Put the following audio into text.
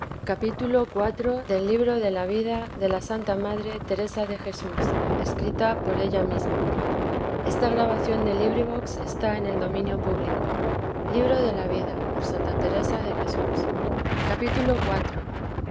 de jesús tomo i vida de ía santa madre teresa de jesús escrita por ella misma